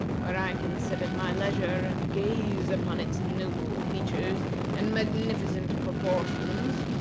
where i can sit at my leisure, and gaze upon its noble features and magnificent proportions,